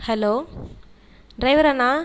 hello driver Anna